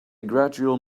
gradual